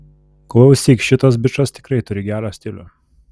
klausyk šitas bičas tikrai turi gerą stilių